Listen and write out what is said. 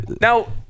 Now